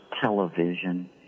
television